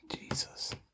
Jesus